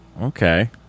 Okay